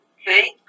okay